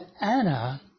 Anna